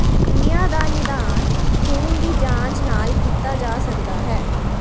anaemia ਦਾ ਨਿਦਾਨ ਖੂਨ ਦੀ ਜਾਂਚ ਨਾਲ ਕੀਤਾ ਜਾ ਸਕਦਾ ਹੈ